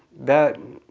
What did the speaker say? that,